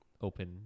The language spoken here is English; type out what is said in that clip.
open